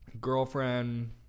Girlfriend